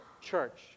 church